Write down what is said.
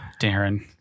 Darren